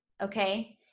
okay